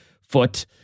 foot